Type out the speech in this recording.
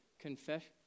confession